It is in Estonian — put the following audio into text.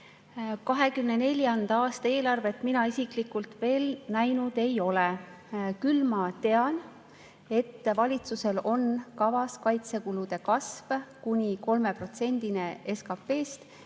2024. aasta eelarvet mina isiklikult veel näinud ei ole. Küll ma tean, et valitsusel on kavas kaitsekulude kasv kuni 3%-ni SKP-st,